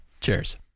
Cheers